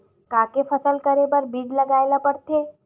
का के फसल करे बर बीज लगाए ला पड़थे?